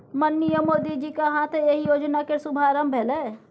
माननीय मोदीजीक हाथे एहि योजना केर शुभारंभ भेलै